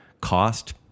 cost